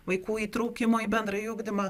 vaikų įtraukimo į bendrąjį ugdymą